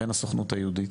בין הסוכנות היהודית,